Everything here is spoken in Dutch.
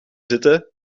zitten